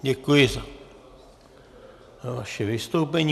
Děkuji za vaše vystoupení.